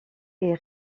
est